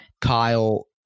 Kyle